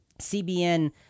CBN